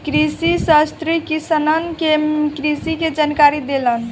कृषिशास्त्री किसानन के कृषि के जानकारी देलन